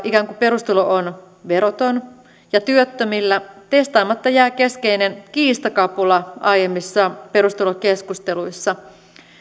ikään kuin perustulo on veroton ja työttömillä testaamatta jää keskeinen kiistakapula aiemmissa perustulokeskusteluissa